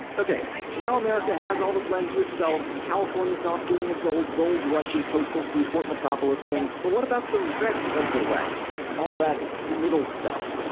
okay, so now america has all this land to itself, california's off doing its old gold rush ii coastal seaport metropolis thing, but what about the rest of the west, all that middle stuff?